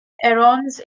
herons